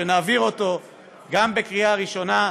שנעביר אותו גם בקריאה ראשונה,